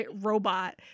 robot